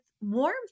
warm